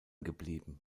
geblieben